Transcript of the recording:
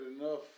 enough